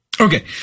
Okay